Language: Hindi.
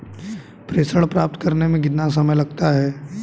प्रेषण प्राप्त करने में कितना समय लगता है?